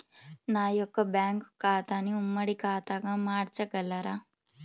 నా యొక్క బ్యాంకు ఖాతాని ఉమ్మడి ఖాతాగా మార్చగలరా?